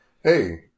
hey